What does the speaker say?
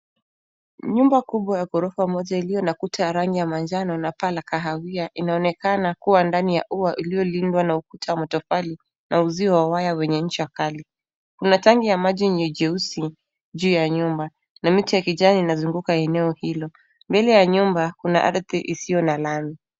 Nyumba kubwa ya ghorofa moja iliyo na kuta ya rangi ya manjano na paa la kahawia inaonekana kuwa ndani ya ua uliyolindwa na ukuta wa matofali na uzio wa waya wenye ncha kali. Kuna tangi ya maji yenye jeusi juu ya nyumba na miti ya kijani inazunguka eneo hilo. Mbele ya nyumba kuna ardhi isiyo na lami.